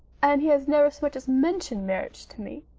and he has never so much as mentioned marriage to me.